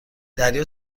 دریا